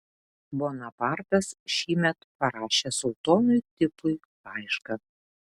bonapartas šįmet parašė sultonui tipui laišką